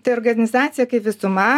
tai organizacija kai visuma